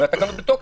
הרי התקנות בתוקף.